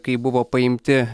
kai buvo paimti